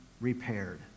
repaired